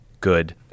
good